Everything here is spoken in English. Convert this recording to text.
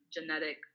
genetic